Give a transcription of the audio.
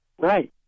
Right